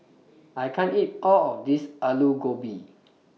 I can't eat All of This Aloo Gobi